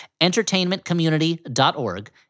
entertainmentcommunity.org